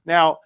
Now